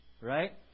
right